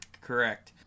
Correct